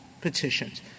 petitions